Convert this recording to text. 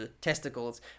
testicles